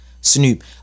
Snoop